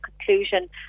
conclusion